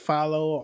Follow